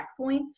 checkpoints